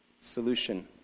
solution